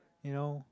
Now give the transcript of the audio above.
you know